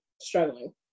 struggling